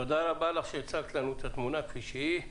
תודה רבה לך שהצגת לנו את התמונה כפי שהיא.